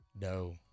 No